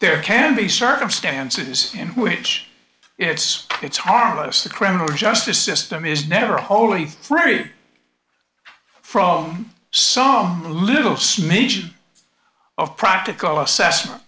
there can be circumstances in which yes it's harmless the criminal justice system is never wholly three from some little smidgen of practical assessment